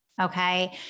Okay